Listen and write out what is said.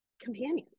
companions